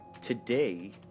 Today